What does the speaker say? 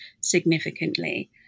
significantly